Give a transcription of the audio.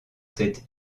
cette